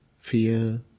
fear